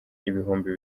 ibihumbi